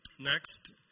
Next